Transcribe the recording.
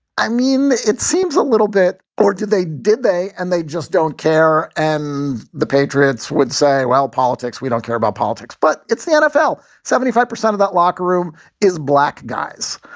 i mean, it seems a little bit. or did they? did they? and they just don't care. and the patriots would say, well, politics, we don't care about politics, but it's the nfl. seventy five percent of that locker room is black, guys.